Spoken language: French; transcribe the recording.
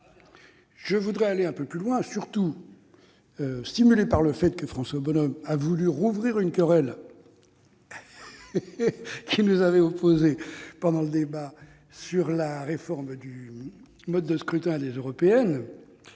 je voudrais aller plus loin, stimulé par le fait que François Bonhomme a souhaité rouvrir une querelle qui nous avait opposés durant le débat sur la réforme du mode de scrutin des élections